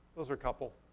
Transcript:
those are a couple.